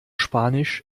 spanisch